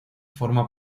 forma